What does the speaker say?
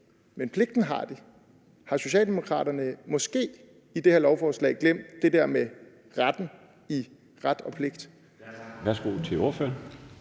Men pligten har de. Har Socialdemokraterne måske i det her lovforslag glemt det der med retten i ret og pligt?